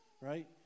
right